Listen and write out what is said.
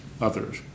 others